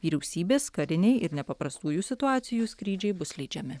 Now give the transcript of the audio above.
vyriausybės kariniai ir nepaprastųjų situacijų skrydžiai bus leidžiami